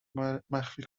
مخفی